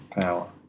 power